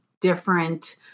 different